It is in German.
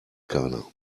keiner